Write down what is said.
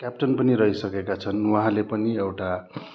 captain पनि रहिसकेका छन् उहाँले पनि एउटा